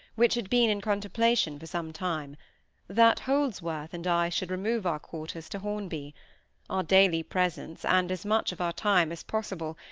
which had been in contemplation for some time that holdsworth and i should remove our quarters to hornby our daily presence, and as much of our time as possible,